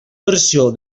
versió